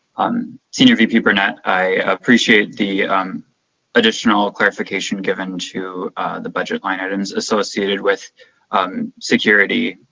um senior vp burnett, i appreciate the um additional clarification given to the budget line items associated with um security.